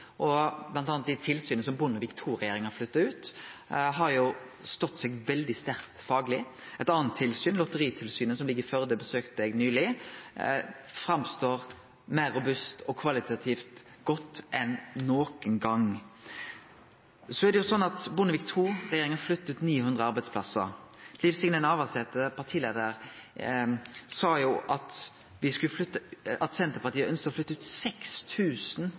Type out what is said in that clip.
m.a. har dei tilsyna som Bondevik II-regjeringa flytta ut, stått seg veldig sterkt fagleg. Eit anna tilsyn – Lotteritilsynet, som ligg i Førde, og som eg besøkte nyleg – synest meir robust og meir kvalitativt godt enn nokon gong. Bondevik II-regjeringa flytta 900 arbeidsplassar. Daverande partileiar Liv Signe Navarsete sa at Senterpartiet ønskte å flytte ut